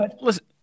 listen